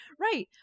right